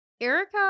Erica